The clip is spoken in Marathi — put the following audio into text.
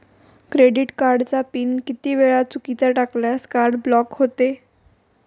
क्रेडिट कार्डचा पिन किती वेळा चुकीचा टाकल्यास कार्ड ब्लॉक होते?